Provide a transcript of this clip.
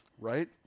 right